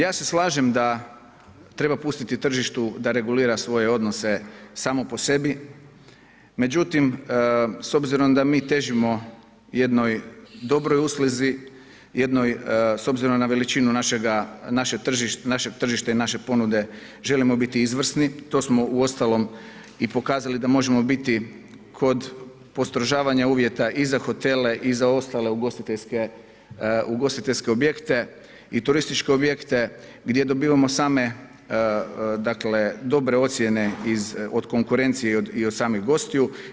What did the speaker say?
Ja se slažem da treba pustiti tržištu da regulira svoje odnose samo po sebi, međutim, s obzirom da mi težimo jednoj dobroj usluzi, jednoj, s obzirom na veličinu našeg tržišta i naše ponude želimo biti izvrsni, to smo uostalom i pokazali da možemo biti kod postrožavanja uvjeta i za hotele i za ostale ugostiteljske objekte i turističke objekte gdje dobivamo same dakle dobre ocjene od konkurencije i od samih gostiju.